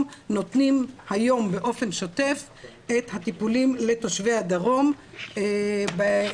נותנים היום באופן שוטף את הטיפולים לתושבי הדרום בחרדה.